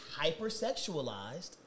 hypersexualized